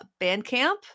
Bandcamp